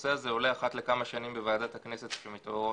הנושא הזה עולה אחת לכמה שנים בוועדת הכנסת כשמתעוררות בעיות.